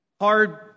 Hard